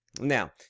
now